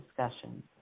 discussions